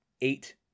eight